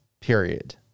period